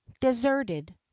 deserted